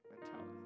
mentality